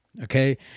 Okay